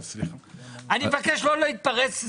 אני מבקש לא להתפרץ,